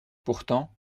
pourtant